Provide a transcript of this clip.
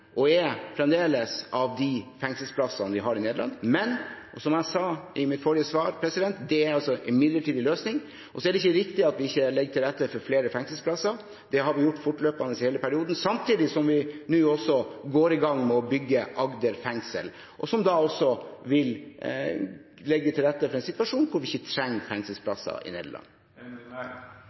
og er fremdeles – helt avhengig av de fengselsplassene vi har i Nederland. Men som jeg sa i mitt forrige svar, er det en midlertidig løsning. Og det er ikke riktig at vi ikke legger til rette for flere fengselsplasser. Det har vi gjort fortløpende i hele perioden, samtidig som vi nå også går i gang med å bygge Agder fengsel, som også vil legge til rette for en situasjon der vi ikke trenger fengselsplasser i Nederland.